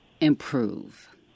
improve